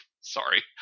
sorry